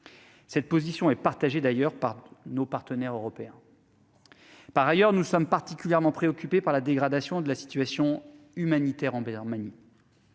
Cette position est partagée par nos partenaires européens. Par ailleurs, nous sommes très préoccupés par la dégradation de la situation humanitaire en Birmanie.